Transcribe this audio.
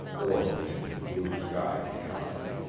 or into the blue sky beyond.